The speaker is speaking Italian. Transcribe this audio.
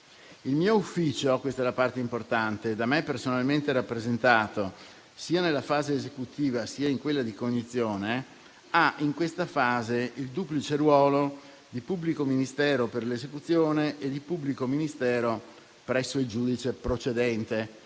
«Il mio ufficio - questa è la parte importante - da me personalmente rappresentato, sia nella fase esecutiva sia in quella di cognizione, ha in questa fase il duplice ruolo di pubblico ministero per l'esecuzione e di pubblico ministero presso il giudice procedente».